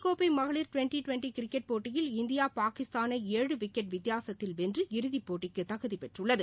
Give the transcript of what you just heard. ஆசிய கோப்பை மகளிர் டுவெண்டி கிரிக்கெட் போட்டியில் இந்தியா பாகிஸ்தாளை ஏழு விக்கெட் வித்தியாசத்தில் வென்று இறுதிப்போட்டிக்கு தகுதிபெற்றுள்ளது